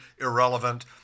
irrelevant